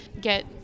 get